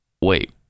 Wait